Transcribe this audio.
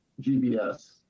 GBS